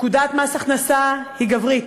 פקודת מס הכנסה היא גברית.